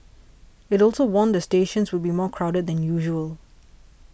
it also warned that stations would be more crowded than usual